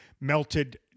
melted